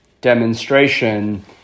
demonstration